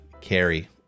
carry